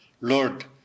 Lord